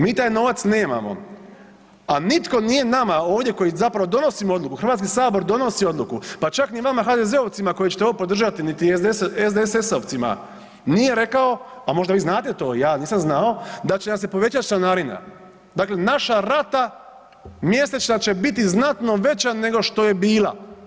Mi taj novac nemamo, a nitko nije nama ovdje koji zapravo donosimo odluku, Hrvatski sabor donosi odluku, pa čak ni vama HDZ-ovcima koji ćete ovo podržati niti SDSS-ovcima nije rekao, a možda vi znate to, ja nisam znao, da će nam se povećati članarina, dakle, naša rata mjesečna će biti znatno veća nego što je bila.